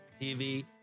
TV